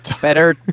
better